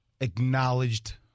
acknowledged